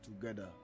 together